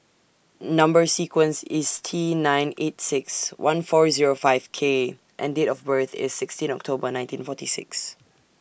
Number sequence IS T nine eight six one four Zero five K and Date of birth IS sixteen October nineteen forty six